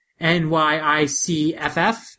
NYICFF